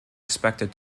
expected